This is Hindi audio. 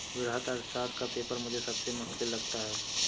वृहत अर्थशास्त्र का पेपर मुझे सबसे मुश्किल लगता है